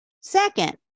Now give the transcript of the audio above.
Second